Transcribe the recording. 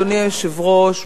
אדוני היושב-ראש,